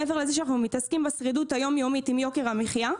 מעבר לזה שאנחנו מתעסקים בשרידות היום יומית עם יוקר המחייה,